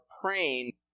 praying